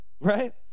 right